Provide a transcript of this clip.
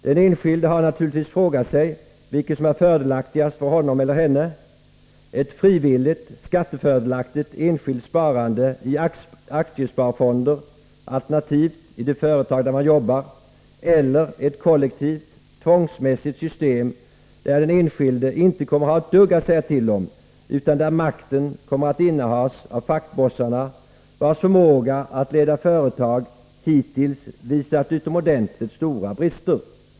Den enskilde har naturligtvis frågat sig vilket som är fördelaktigast för honom eller henne, ett frivilligt, skattefördelaktigt enskilt sparande i aktiesparfonder alternativt i det företag där man arbetar eller ett kollektivt, tvångsmässigt system där den enskilde inte kommer att ha ett dugg att säga till om, utan där makten kommer att innehas av fackbossarna, vilkas förmåga att leda företag hittills visat utomordentligt stora brister.